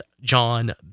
John